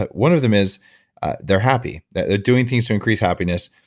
but one of them is they're happy. they're doing things to increase happiness.